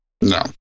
No